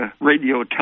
radio